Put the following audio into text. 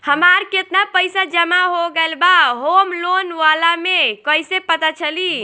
हमार केतना पईसा जमा हो गएल बा होम लोन वाला मे कइसे पता चली?